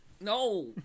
No